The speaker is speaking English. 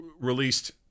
released